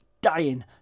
dying